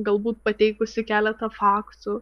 galbūt pateikusi keletą faksu